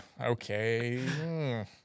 okay